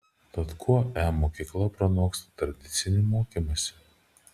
tad kuo e mokykla pranoksta tradicinį mokymąsi